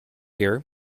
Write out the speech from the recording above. year